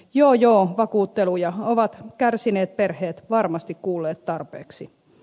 joo joo vakuutteluja ovat kärsineet perheet varmasti kuulleet tarpeeksi